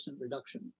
reduction